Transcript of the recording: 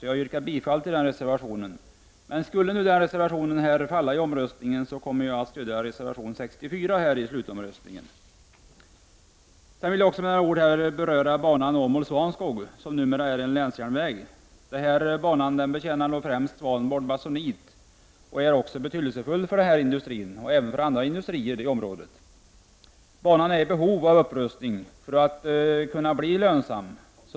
Jag yrkar bifall till den reservationen. Skulle reservationen falla vid omröstningen kommer jag att i slutomröstningen stödja reservation nr 64. Jag vill också med några ord beröra banan Åmål—Svanskog, som numera är en länsjärnväg. Banan betjänar främst Swanboard Masonite och är också betydelsefull för den industrin och även för andra industrier i området. Banan är i behov av upprustning för att kunna bli lönsam.